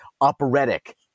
operatic